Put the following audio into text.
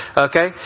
okay